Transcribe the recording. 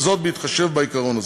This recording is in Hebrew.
בהתחשב בעיקרון הזה.